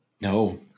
No